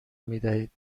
میدهید